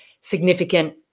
significant